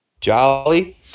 Jolly